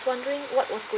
wondering what was going